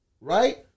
Right